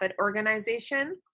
organization